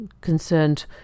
concerned